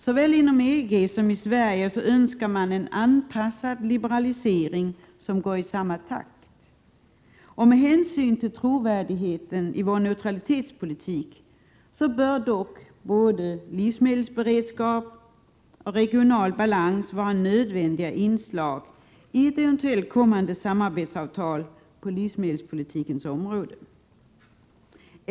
Såväl inom EG som i Sverige önskar man en anpassad liberalisering som går i samma takt. Med hänsyn till trovärdigheten i vår neutralitetspolitik bör dock både livsmedelsberedskap och regional balans vara nödvändiga inslag i ett eventuellt kommande samarbetsavtal på livsmedelspolitikens område.